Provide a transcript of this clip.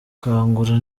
kangura